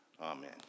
Amen